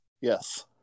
Yes